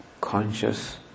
conscious